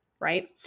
right